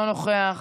אינו נוכח,